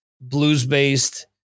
blues-based